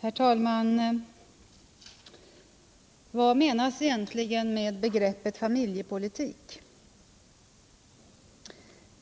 Herr talman! Vad menas egentligen med begreppet familjepolitik?